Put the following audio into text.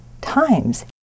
times